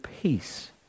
peace